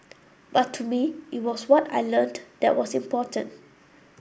but to me it was what I learnt that was important